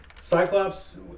Cyclops